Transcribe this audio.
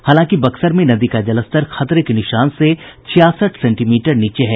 हालांकि बक्सर में नदी का जलस्तर खतरे के निशान से छियासठ सेंटीमीटर नीचे है